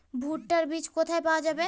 ভুট্টার বিজ কোথায় পাওয়া যাবে?